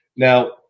Now